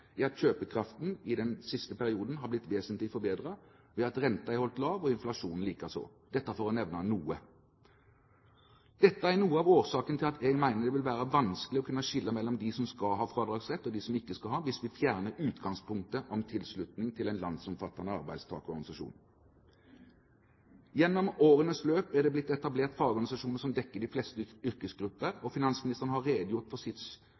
at kjøpekraften i den siste perioden har blitt vesentlig forbedret ved at renten er holdt lav og inflasjonen likeså – for å nevne noe. Dette er noe av årsaken til at jeg mener det vil være vanskelig å kunne skille mellom de som skal ha fradragsrett, og de som ikke skal ha det, hvis vi fjerner utgangspunktet om tilslutning til en landsomfattende arbeidstakerorganisasjon. Gjennom årenes løp er det blitt etablert fagorganisasjoner som dekker de fleste yrkesgrupper. Finansministeren har redegjort for i sitt